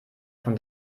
von